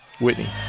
Whitney